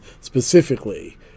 specifically